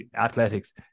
athletics